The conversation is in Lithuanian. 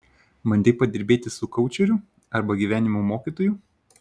bandei padirbėti su koučeriu arba gyvenimo mokytoju